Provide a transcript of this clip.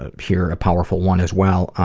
ah hear a powerful one as well,